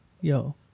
Yo